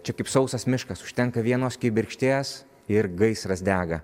čia kaip sausas miškas užtenka vienos kibirkšties ir gaisras dega